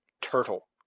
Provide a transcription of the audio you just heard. Turtle